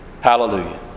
Hallelujah